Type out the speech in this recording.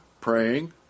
praying